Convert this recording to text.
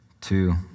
Two